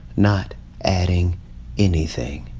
not adding anything.